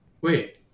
Wait